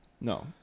No